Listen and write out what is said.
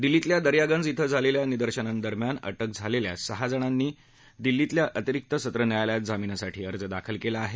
दिल्लीतल्या दर्जागंज इथं झालेल्या निदर्शनांदरम्यान अटक झालेल्या सहा जणांनी दिल्लीतल्या अतिरिक्त सत्र न्यायालयात जामीनासाठी अर्ज दाखल केला आहे